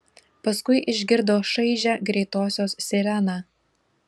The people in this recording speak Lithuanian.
paskui išgirdo šaižią greitosios sireną